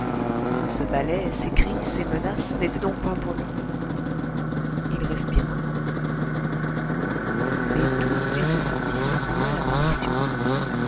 ce balai ces cris ces menaces n'étaient donc point pour lui il respira mais d'où était sortie cette nouvelle apparition